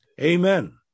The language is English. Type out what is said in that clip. Amen